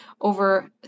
over